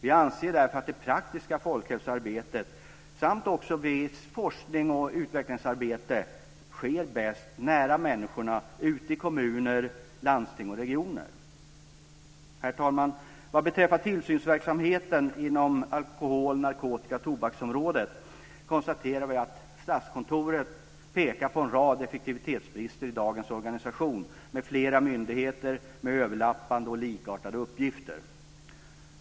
Vi anser därför att det praktiska folkhälsoarbetet samt visst forsknings och utvecklingsarbete sker bäst nära människorna ute i kommuner, landsting och regioner. Herr talman! Vad beträffar tillsynsverksamheten inom alkohol-, narkotika och tobaksområdet konstaterar vi att Statskontoret pekat på en rad effektivitetsbrister i dagens organisation med flera myndigheter med överlappande och likartade uppgifter.